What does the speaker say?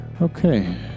Okay